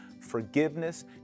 forgiveness